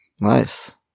Nice